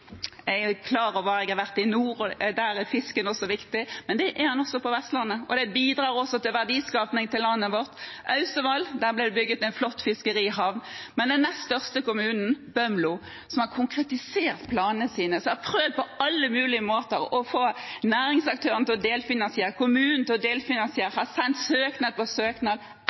Jeg har vært i nord, og jeg er klar over at fisken er viktig der, men det er den også på Vestlandet. Det bidrar også til verdiskaping til landet vårt. I Austevoll ble det bygget en flott fiskerihavn. Men den nest største kommunen, Bømlo, som har konkretisert planene sine, som har prøvd på alle mulige måter å få næringsaktørene og kommunene til å delfinansiere, og har sendt søknad på søknad,